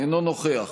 אינו נוכח